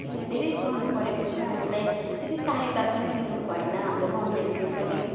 त्यतिखेर धेरै सहनु परेको थियो हामीलाई त्यति सहायता पनि दिनुभएन हाम्रो गभर्मेन्टले पनि